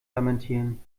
lamentieren